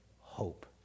hope